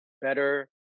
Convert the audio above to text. better